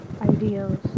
ideals